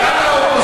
לא העריכו.